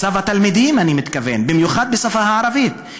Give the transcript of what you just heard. מצב התלמידים, אני מתכוון, במיוחד בשפה הערבית.